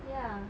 ya